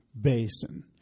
basin